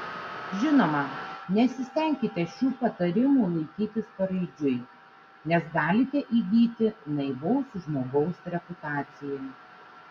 žinoma nesistenkite šių patarimų laikytis paraidžiui nes galite įgyti naivaus žmogaus reputaciją